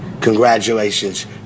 Congratulations